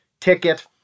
ticket